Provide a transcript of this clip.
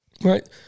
right